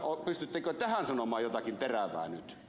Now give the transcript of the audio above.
pystyttekö tähän sanomaan jotakin terävää nyt